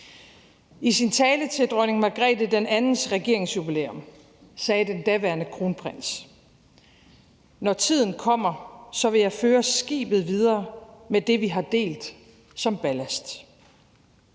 I sin tale til Dronning Margrethe II's regeringsjubilæum sagde den daværende kronprins: »Når tiden kommer, så vil jeg føre skibet videre med det, vi har delt, som ballast.«